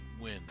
win